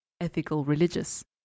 ethical-religious